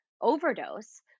overdose